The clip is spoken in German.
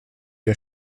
der